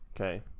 Okay